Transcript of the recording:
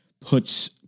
puts